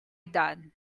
done